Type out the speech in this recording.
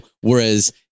Whereas